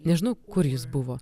nežinau kur jis buvo